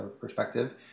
perspective